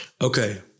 Okay